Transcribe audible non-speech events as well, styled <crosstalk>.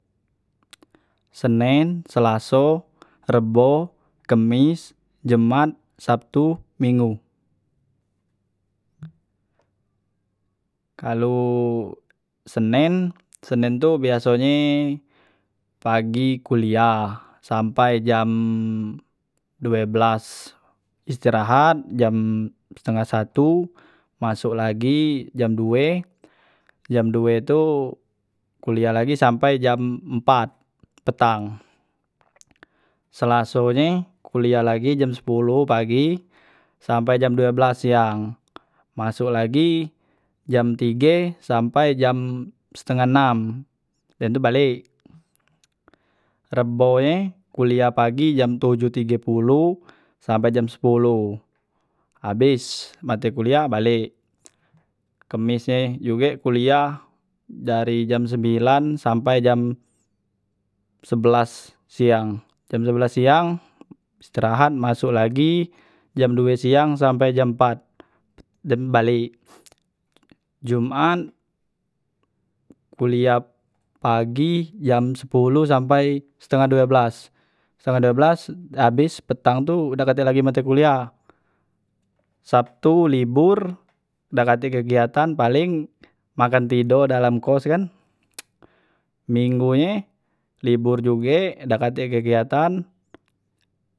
Senen, selaso, rebo, kemis, jumat, sabtu, mingu. kalu senen senen tu biasonye pagi kuliah sampai jam due belas istirahat jam setengah satu masuk lagi jam due, jam due tu kuliah lagi sampai jam empat petang, selaso nye kuliah lagi jam sepoloh pagi sampai jam due belas siang masuk lagi jam tige sampai jam setengah enam dem tu balek, rebo nye kuliah pagi jam tojoh tige poloh sampe jam sepoloh abes mate kuliah balek, kemis nye juge kuliah dari jam sembilan sampai jam sebelas siang, jam sebelas siang istirahat masok lagi jam due siang sampai jam empat dem balek <hesitation> jumat kuliah pagi jam sepoloh sampai setengah due belas, setengah due belas abes petang tu dak katek lagi mata kuliah, sabtu libor dak katek kegiatan paleng makan tido dalam kos kan <hesitation> minggunye libur juge dak katek kegiatan.